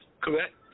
Correct